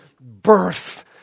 birth